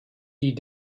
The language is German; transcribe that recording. die